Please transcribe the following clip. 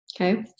Okay